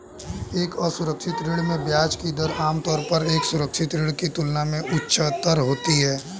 एक असुरक्षित ऋण में ब्याज की दर आमतौर पर एक सुरक्षित ऋण की तुलना में उच्चतर होती है?